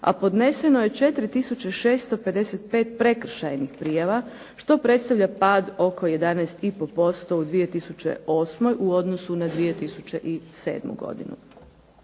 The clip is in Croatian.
a podneseno je 4 tisuće 655 prekršajnih prijava što predstavlja pad oko 11,5% u 2008. u odnosu na 2007. godinu.